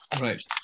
Right